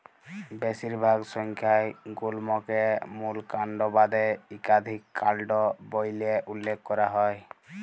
বেশিরভাগ সংখ্যায় গুল্মকে মূল কাল্ড বাদে ইকাধিক কাল্ড ব্যইলে উল্লেখ ক্যরা হ্যয়